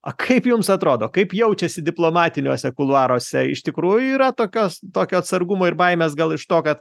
a kaip jums atrodo kaip jaučiasi diplomatiniuose kuluaruose iš tikrųjų yra tokios tokio atsargumo ir baimės gal iš to kad